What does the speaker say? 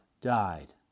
died